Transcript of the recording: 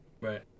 Right